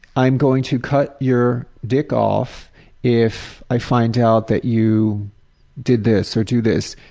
i'm going to cut your dick off if i find out that you did this or do this.